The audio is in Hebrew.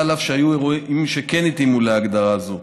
אף שהיו אירועים שכן התאימו להגדרה זו,